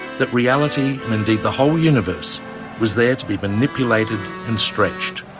that reality and indeed the whole universe was there to be manipulated and stretched,